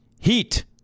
Heat